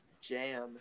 jam